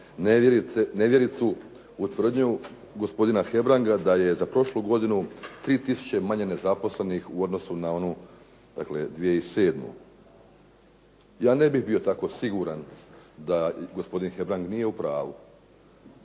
nevjericu u tvrdnju gospodina Hebranga da je za prošlu godinu 3000 manje nezaposlenih u odnosu na onu, dakle 2007. Ja ne bih bio tako siguran da gospodin Hebrang nije u pravu.